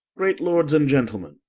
great lords and gentlemen,